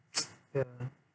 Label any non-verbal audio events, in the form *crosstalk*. *noise* ya